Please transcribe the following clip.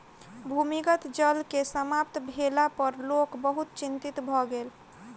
भूमिगत जल के समाप्त भेला पर लोक बहुत चिंतित भ गेल